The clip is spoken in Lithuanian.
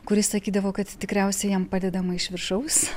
kuris sakydavo kad tikriausiai jam padedama iš viršaus